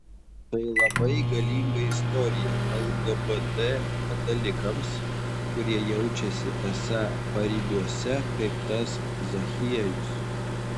tai labai galinga istorija lgbt katalikams kurie jaučiasi esą paribiuose kaip tas zachiejus